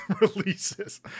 releases